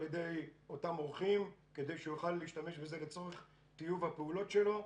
ידי אותם אורחים כדי שהוא יוכל להשתמש בזה לצורך טיוב הפעולות שלו,